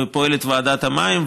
פועלת ועדת המים,